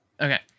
Okay